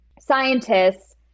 scientists